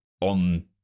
on